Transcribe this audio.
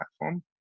platform